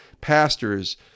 pastors